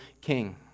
king